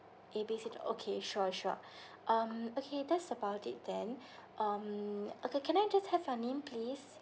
A B C dot okay sure sure um okay that's about it then um okay can I just have your name please